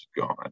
gone